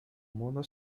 mundo